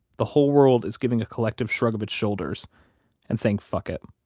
the whole world is giving a collective shrug of its shoulders and saying fuck it